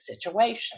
situation